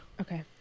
Okay